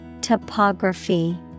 Topography